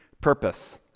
purpose